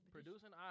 Producing